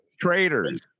traitors